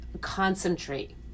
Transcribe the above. concentrate